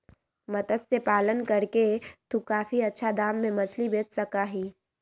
मत्स्य पालन करके तू काफी अच्छा दाम में मछली बेच सका ही